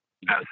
Yes